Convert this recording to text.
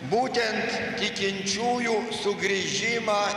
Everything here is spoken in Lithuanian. būtent tikinčiųjų sugrįžimą